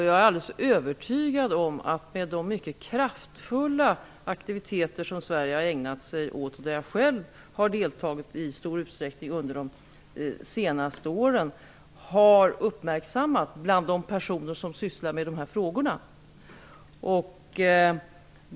Jag är helt övertygad om att de mycket kraftfulla aktiviteter som Sverige har ägnat sig åt -- där jag själv har deltagit i stor utsträckning under de senaste åren -- har uppmärksammats bland de personer som sysslar med de här frågorna.